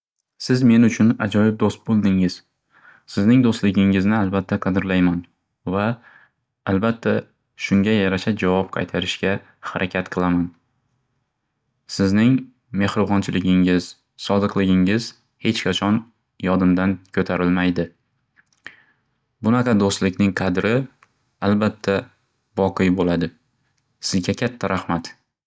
Siz men uchun ajoyib do'st bo'ldingiz. Sizning do'stligingizni albatda qadirlayman va albatda shunga yarasha javob qaytarishga harakat qilaman. Sizning mexribonchiligingiz, sodiqligingiz hech qachon yodimdan ko'tarilmatydi. Bunaqa do'stlikning qadri albatda boqiy bo'ladi. Sizga katta rahmat!